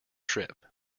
trip